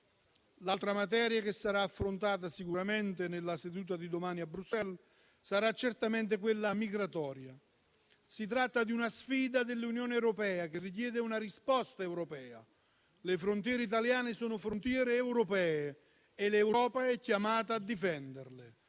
L'altra materia sicuramente affrontata domani a Bruxelles sarà quella migratoria. Si tratta di una sfida dell'Unione europea che richiede una risposta europea: le frontiere italiane sono frontiere europee e l'Europa è chiamata a difenderle.